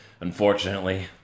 Unfortunately